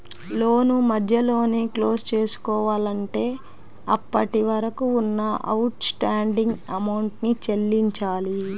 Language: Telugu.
లోను మధ్యలోనే క్లోజ్ చేసుకోవాలంటే అప్పటివరకు ఉన్న అవుట్ స్టాండింగ్ అమౌంట్ ని చెల్లించాలి